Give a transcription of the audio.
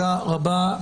תודה רבה.